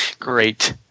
great